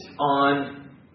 on